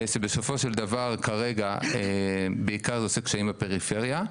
שבסופו של דבר כרגע בעיקר עושה קשיים בפריפריה.